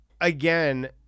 again